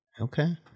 Okay